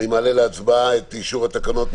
את אישור התקנות.